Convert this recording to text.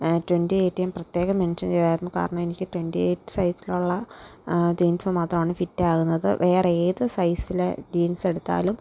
twenty eight ഞാൻ പ്രത്യേകം mention ചെയ്തിരുന്നു കാരണം എനിക്ക് ട്വൻറ്റി ഏയ്റ്റ് സൈസിലുള്ള ജീൻസ് മാത്രമാണ് ഫിറ്റ് ആവുന്നത് വേറെ ഏത് സൈസിലെ ജീൻസ് എടുത്താലും